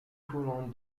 poland